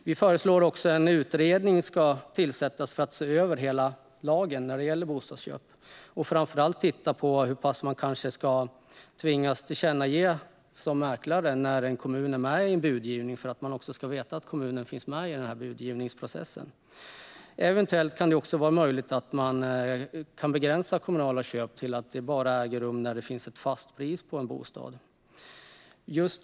Vi föreslår också att en utredning ska tillsättas för att se över hela lagen när det gäller bostadsköp och framför allt titta på om en mäklare kanske ska tvingas tillkännage när en kommun är med i en budgivning, så att man vet att kommunen finns med i budgivningsprocessen. Eventuellt kan det också vara möjligt att begränsa kommunala köp till att bara äga rum när det finns ett fast pris på en bostad.